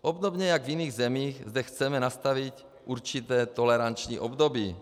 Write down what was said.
Obdobně jako v jiných zemích zde chceme nastavit určité toleranční období.